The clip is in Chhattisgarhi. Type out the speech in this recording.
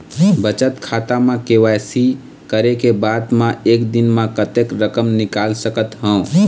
बचत खाता म के.वाई.सी करे के बाद म एक दिन म कतेक रकम निकाल सकत हव?